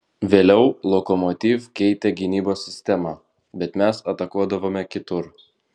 vėliau lokomotiv keitė gynybos sistemą bet mes atakuodavome kitur